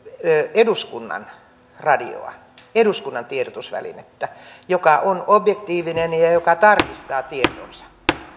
eduskunnan radiota eduskunnan tiedotusvälinettä joka on objektiivinen ja ja joka tarkistaa tietonsa